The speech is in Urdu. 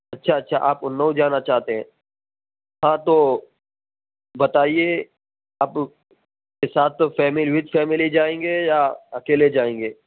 اچھا اچھا آپ اناؤ جانا چاہتے ہیں ہاں تو بتائیے آپ ایک ساتھ فیملی وتھ فیملی جائیں گے یا اکیلے جائیں گے